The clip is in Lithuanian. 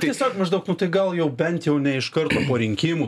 tiesiog maždaug nu tai gal jau bent jau ne iš karto po rinkimų